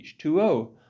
H2O